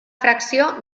fracció